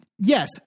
Yes